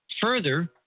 Further